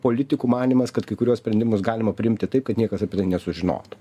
politikų manymas kad kai kuriuos sprendimus galima priimti taip kad niekas apie tai nesužinotų